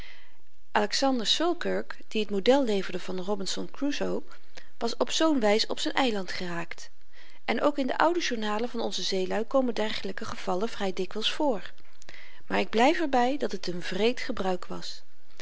alexander selkirk die t model leverde van robinson crusoë was op zoo'n wys op z'n eiland geraakt en ook in de oude journalen van onze zeeluî komen dergelyke gevallen vry dikwyls voor maar ik blyf er by dat het n wreed gebruik was